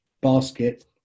basket